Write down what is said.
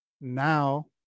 now